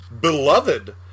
beloved